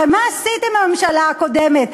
הרי מה עשיתם, הממשלה הקודמת?